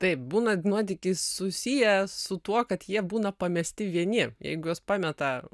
taip būna nuotykis susijęs su tuo kad jie būna pamesti vieni jeigu juos pameta